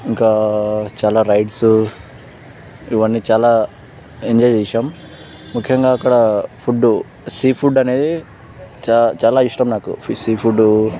ఇంకా చాలా రైడ్స్ ఇవన్నీ చాలా ఎంజాయ్ చేశాం ముఖ్యంగా అక్కడ ఫుడ్ సీ ఫుడ్ అనేది చాలా చాలా ఇష్టం నాకు సీ ఫుడ్